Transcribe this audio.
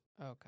Okay